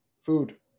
Food